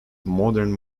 modern